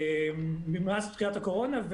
מאז תחילת הקורונה,